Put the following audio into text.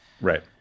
Right